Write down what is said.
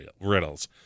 riddles